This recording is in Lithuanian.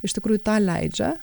iš tikrųjų tą leidžia